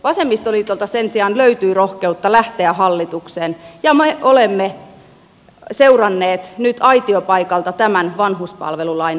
vasemmistoliitolta sen sijaan löytyi rohkeutta lähteä hallitukseen ja me olemme seuranneet nyt aitiopaikalta tämän vanhuspalvelulain valmistumista